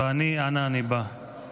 ואני אנה אני בא".